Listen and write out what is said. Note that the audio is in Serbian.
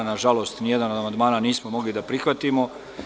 Nažalost, nijedan od amandmana nismo mogli da prihvatimo.